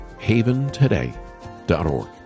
haventoday.org